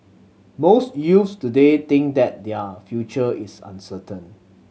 most youths today think that their future is uncertain